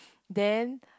then